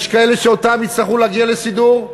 יש כאלה שאתם יצטרכו להגיע לסידור.